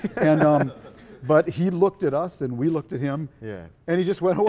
and but he looked at us and we looked at him yeah and he just went